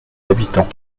habitants